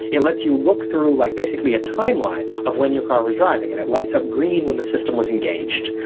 it lets you look through like basically a timeline of when your car was driving and it lights up green when the system was engaged,